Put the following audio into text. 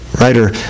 writer